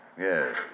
Yes